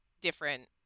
different